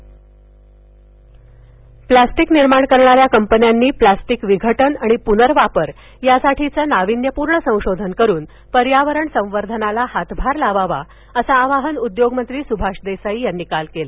Subhash Deshmukh plastic निर्माण करणाऱ्या कंपन्यांनी प्लास्टिक विघटन आणि प्नर्वापर यासाठीचं नाविन्यपूर्ण संशोधन करून पर्यावरण संवर्धनास हातभार लावावा असं आवाहन उदयोगमंत्री स्भाष देसाई यांनी काल केलं